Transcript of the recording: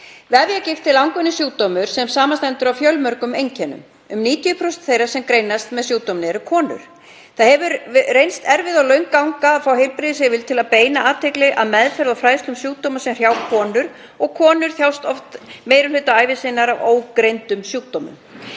Vefjagigt er langvinnur sjúkdómur sem samanstendur af fjölmörgum einkennum. Um 90% þeirra sem greinast með sjúkdóminn eru konur. Það hefur reynst erfið og löng ganga að fá heilbrigðisyfirvöld til að beina athygli að meðferð og fræðslu um sjúkdóma sem hrjá konur og konur þjást oft meiri hluta ævi sinnar af ógreindum sjúkdómum.